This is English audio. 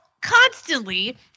constantly